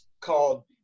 called